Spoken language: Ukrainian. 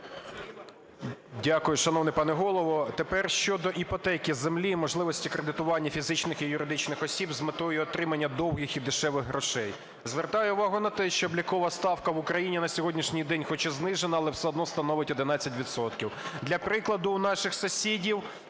Дякую, шановний пане Голово. Тепер щодо іпотеки землі, можливості кредитування фізичних і юридичних осіб з метою отримання довгих і дешевих грошей. Звертаю увагу на те, що облікова ставка в Україні на сьогоднішній день хоч і знижена, але все одно становить 11